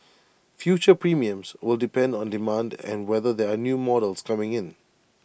future premiums will depend on demand and whether there are new models coming in